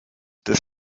des